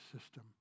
system